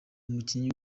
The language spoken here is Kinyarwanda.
umukinnyi